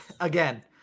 again